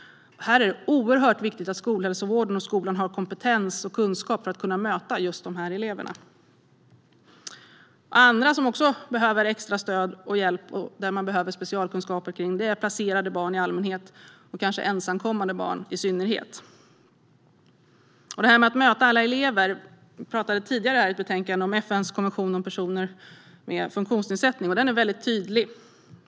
Det är oerhört viktigt att skolhälsovården och skolan har kompetens och kunskap för att kunna möta just de här eleverna. Andra som behöver extra stöd och hjälp och som man behöver specialkunskaper om är placerade barn i allmänhet och kanske ensamkommande barn i synnerhet. I fråga om att möta alla elever talade vi när det gällde ett tidigare betänkande om FN:s konvention om personer med funktionsnedsättning. Den är tydlig.